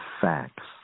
facts